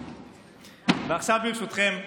ועכשיו, ברשותכם,